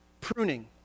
pruning